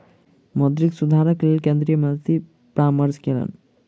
मौद्रिक सुधारक लेल केंद्रीय मंत्री परामर्श लेलैन